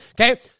okay